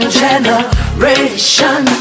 generation